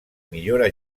millora